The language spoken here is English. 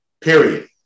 period